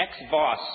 ex-boss